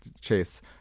Chase